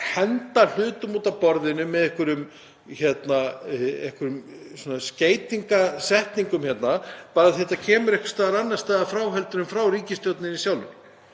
henda hlutum út af borðinu með einhverjum skeytasetningum hérna af því að málið kemur einhvers staðar annars staðar frá heldur en frá ríkisstjórninni sjálfri.